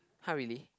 !huh! really